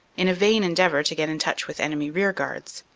in a vain endeavor to get in touch with enemy rearguards.